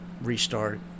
restart